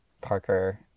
Parker